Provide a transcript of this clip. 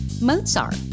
Mozart